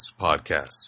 podcast